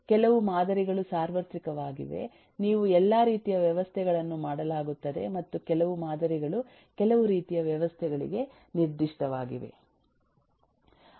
ಕೆಲವು ಮಾದರಿಗಳು ಸಾರ್ವತ್ರಿಕವಾಗಿವೆ ನೀವು ಎಲ್ಲಾ ರೀತಿಯ ವ್ಯವಸ್ಥೆಗಳನ್ನು ಮಾಡಲಾಗುತ್ತದೆ ಮತ್ತು ಕೆಲವು ಮಾದರಿಗಳು ಕೆಲವು ರೀತಿಯ ವ್ಯವಸ್ಥೆಗಳಿಗೆ ನಿರ್ದಿಷ್ಟವಾಗಿವೆ